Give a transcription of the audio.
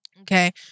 okay